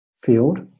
field